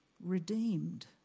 redeemed